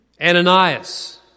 Ananias